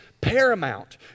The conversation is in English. paramount